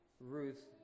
Ruth